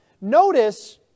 notice